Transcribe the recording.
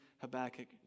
Habakkuk